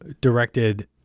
directed